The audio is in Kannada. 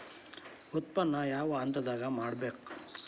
ಉತ್ಪನ್ನ ಯಾವ ಹಂತದಾಗ ಮಾಡ್ಬೇಕ್?